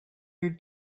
your